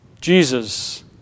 Jesus